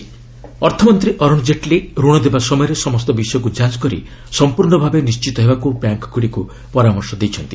ରିଭ୍ ଜେଟଲୀ ବ୍ୟାଙ୍କସ୍ ଅର୍ଥମନ୍ତ୍ରୀ ଅରୁଣ ଜେଟଲୀ ଋଣ ଦେବା ସମୟରେ ସମସ୍ତ ବିଷୟକୁ ଯାଞ୍ଚ କରି ସମ୍ପର୍ଷ ଭାବେ ନିଶ୍ଚିତ ହେବାକୁ ବ୍ୟାଙ୍କ୍ଗୁଡ଼ିକୁ ପରାମର୍ଶ ଦେଇଛନ୍ତି